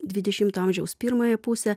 dvidešimto amžiaus pirmąją pusę